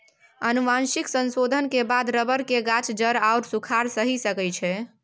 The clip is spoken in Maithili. आनुवंशिक संशोधनक बाद रबर केर गाछ जाड़ आओर सूखाड़ सहि सकै छै